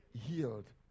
Healed